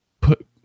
put